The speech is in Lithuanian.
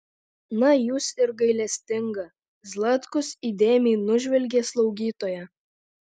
na jūs ir gailestinga zlatkus įdėmiai nužvelgė slaugytoją